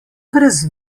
brez